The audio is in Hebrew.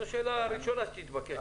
זו השאלה הראשונה שמתבקשת.